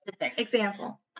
Example